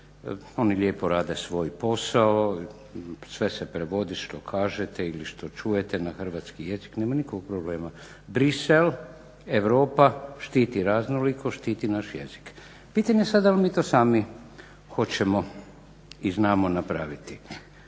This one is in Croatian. oni lijepo rade svoj posao, sve se prevodi što kažete ili što čujete na hrvatski jezik, nema nikakvog problema. Bruxelles, Europa štiti raznolikost, štiti naš jezik. Pitanje je sad da li mi to sami hoćemo i znamo napraviti.